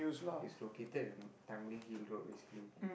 it's located in Tanglin-Hill Road basically